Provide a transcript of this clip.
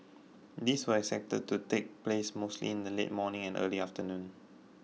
these were expected to take place mostly in the late morning and early afternoon